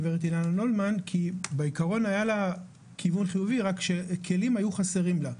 כי היה לה כיוון חיובי רק שהיו חסרים לה כלים.